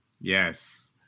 Yes